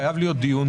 חייב להיות דיון,